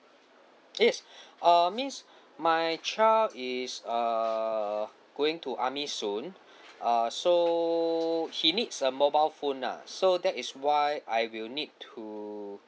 yes err means my child is err going to army soon err so he needs a mobile phone lah so that is why I will need to